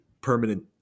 permanent